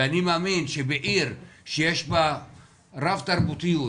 אני מאמין שבעיר שיש בה רב-תרבותיות,